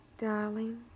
darling